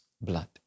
blood